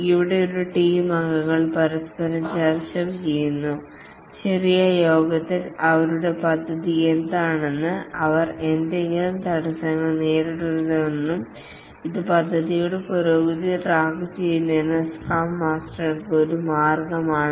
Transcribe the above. ഇവിടെ ഒരു ടീം അംഗങ്ങൾ പരസ്പരം ചർച്ചചെയ്യുന്നു ചെറിയ യോഗത്തിൽ അവരുടെ പദ്ധതി എന്താണെന്നത് അവർ എന്തെങ്കിലും തടസ്സങ്ങൾ നേരിടുന്നുണ്ടെന്നും ഇത് പദ്ധതിയുടെ പുരോഗതി ട്രാക്കുചെയ്യുന്നതിന് സ്ക്രം മാസ്റ്റർക്കുള്ള ഒരു മാർഗമാണ്